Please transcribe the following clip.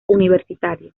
universitario